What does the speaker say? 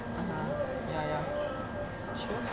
(uh huh) ya ya true